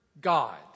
God